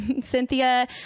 Cynthia